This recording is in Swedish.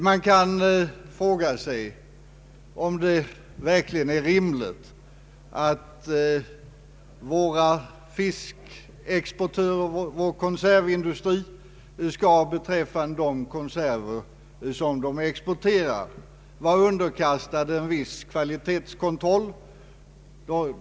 Man kan fråga om det är rimligt att vår konservindustri beträffande de konserver som exporteras skall vara underkastad kvalitetskontroll.